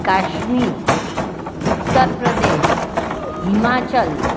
Kashmir Uttar Pradesh Himachal